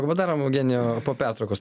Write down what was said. padarom eugenijau po pertraukos